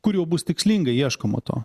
kur jau bus tikslingai ieškoma to